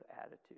attitude